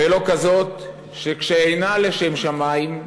ולא כזאת שכשאינה לשם שמים,